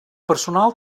personal